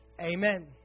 Amen